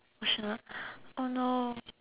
oh she never oh no